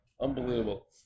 Unbelievable